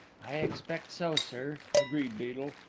i expect so, sir, agreed beedel,